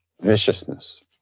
viciousness